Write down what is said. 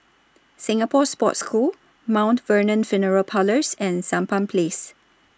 Singapore Sports School Mount Vernon Funeral Parlours and Sampan Place